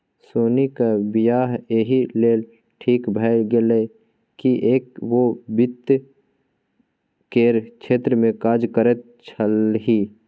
सोनीक वियाह एहि लेल ठीक भए गेल किएक ओ वित्त केर क्षेत्रमे काज करैत छलीह